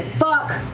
fuck.